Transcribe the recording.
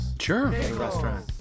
Sure